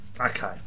Okay